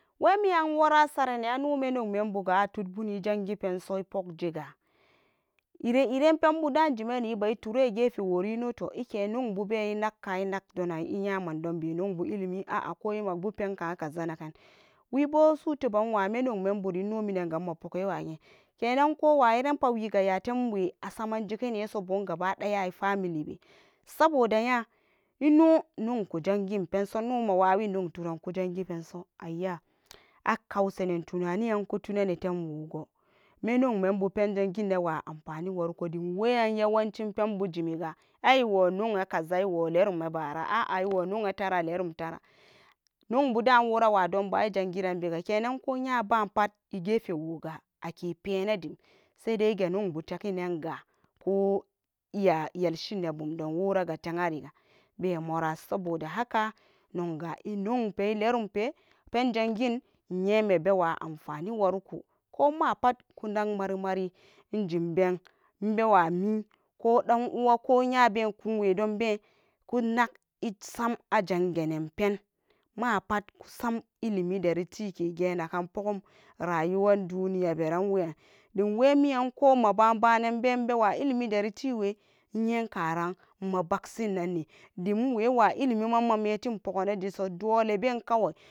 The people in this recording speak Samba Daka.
Wemiyan wora asarenen ano me nyaw men buga atudbun ijangi penso ipokgega, ire iren penboda ijimeni gefiwog inotoh nyaububen inagka inaguonan iyamandonbe ilimi opa koh inagpenka kaga naken wibo suteba iwa me nyawmenburi inominanga minapogane wage kenan ko wayiran pat wiga yatemwe, asamen jekeneso gaba daga i family be saboda nya ino nyaw kujangin penso inomawawin nyaw turan kujangi penso ayya, akausanen tunani an kutunani temwoogo menyawmen bu pen janginewa amfani warko dim weyan yawancin penbu jimiga in iwo nyaw we kaza iwo lerom ebara ah iwo nyawe tara lerum tara nyanbuda worawa donban ijangiran bega kenan ke kya ba pat ege fewoga ake pene dim saidai ige nyawbu tege nanga koh iya yelshin ebum don woraga te ari be mora saboda haka, nogga nmyaupe illerumpe penjangin iyemebew anfani warko komapat kunag marmari injimben iwami ko dan uwa ko nya be kuwe donbe, kunag isam janganen pen mapat kusam ilimi dari tike genakan pogom raywuan duniya beran weyan dim wemiyan koh maba banen beben ibewa ilimi deritiwe, nye karan mabagsinneni dim iwe bewa ilimi mawa metin poganejeso dole be kawai.